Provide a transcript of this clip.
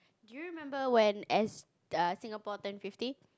do you remember when as err Singapore turn fifty